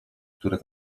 które